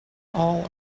all